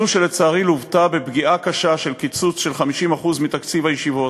זו שלצערי לוותה בפגיעה קשה של קיצוץ של 50% בתקציב הישיבות,